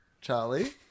Charlie